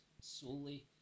solely